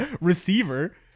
receiver